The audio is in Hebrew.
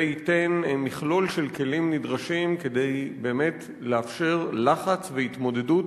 זה ייתן מכלול של כלים נדרשים כדי באמת לאפשר לחץ והתמודדות